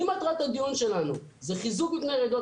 אם מטרת הדיון שלנו זה חיזוק מפני רעידות